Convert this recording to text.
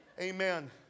Amen